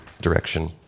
direction